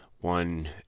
one